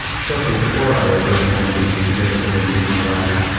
shortly before i revealed my need to live as a woman to my wife,